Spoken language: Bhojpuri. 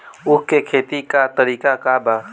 उख के खेती का तरीका का बा?